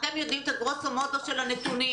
אתם יודעים את הגרוסו-מודו של הנתונים.